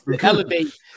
elevate